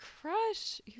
crush